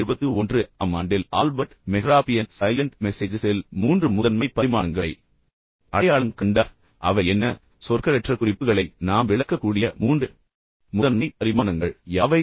1971 ஆம் ஆண்டில் Albert Mehrabian silent மெசேஜஸில் மூன்று முதன்மை பரிமாணங்களை அடையாளம் கண்டார் அவை என்ன சொற்களற்ற குறிப்புகளை நாம் விளக்கக்கூடிய மூன்று முதன்மை பரிமாணங்கள் யாவை